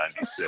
1996